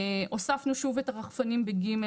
הוספנו שוב את הרחפנים ב-ג'.